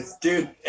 Dude